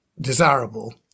desirable